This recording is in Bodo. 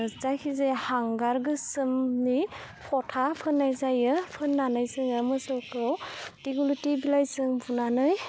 जायखिजाया हांगार गोसोमनि फथा फोननाय जायो फोननानै जोङो मोसौखौ दिगलिटि बिलाइजों बुनानै